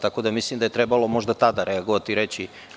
Tako da mislim da je trebalo možda tada reagovati i reći.